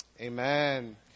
amen